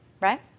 Right